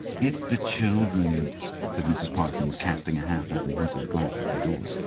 it's the children said mrs. parsons, casting a half-apprehensive glance at the door.